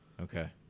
okay